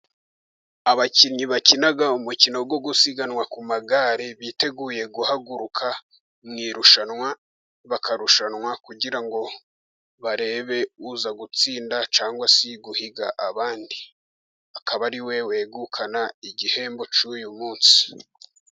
Abakinnyi bakina umukino wo gusiganwa ku magare biteguye guhaguruka mu irushanwa bakarushanwa, kugira ngo barebe uza gutsinda cyangwa se guhiga abandi, akaba ariwe wegukana igihembo cy'uyu munsi.